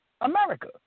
America